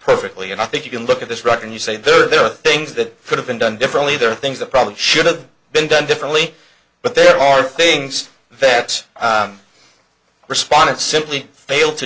perfectly and i think you can look at this right and you say there are things that could have been done differently there are things that probably should have been done differently but there are things that respondent simply failed to